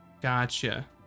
gotcha